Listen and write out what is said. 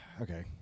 Okay